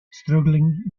struggling